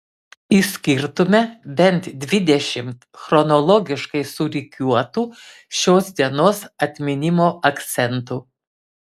išskirtume bent dvidešimt chronologiškai surikiuotų šios dienos atminimo akcentų